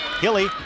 Hilly